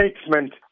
statement